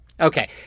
Okay